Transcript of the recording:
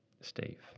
Steve